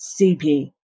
CP